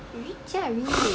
瑜伽 really